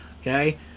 okay